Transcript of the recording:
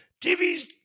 tv's